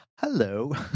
hello